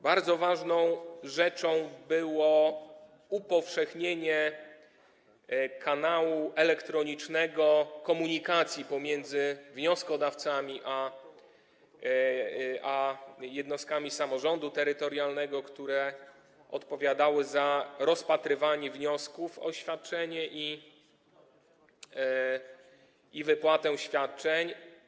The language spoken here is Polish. Bardzo ważną rzeczą było upowszechnienie elektronicznego kanału komunikacji pomiędzy wnioskodawcami a jednostkami samorządu terytorialnego, które odpowiadały za rozpatrywanie wniosków o świadczenie i wypłatę świadczeń.